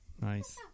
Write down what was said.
Nice